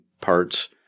parts